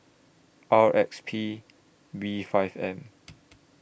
R X P B five M